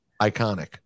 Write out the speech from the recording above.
iconic